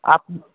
आप